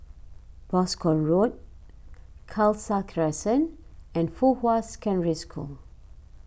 Boscombe Road Khalsa Crescent and Fuhua Secondary School